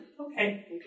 Okay